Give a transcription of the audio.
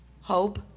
hope